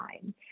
time